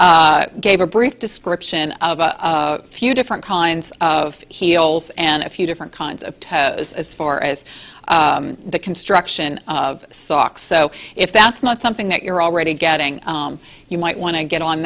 gave a brief description of a few different kinds of heels and a few different kinds of as far as the construction of socks so if that's not something that you're already getting you might want to get on